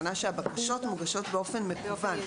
הכוונה היא שהבקשות מוגשות באופן מקוון,